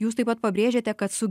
jūs taip pat pabrėžėte kad su